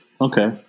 Okay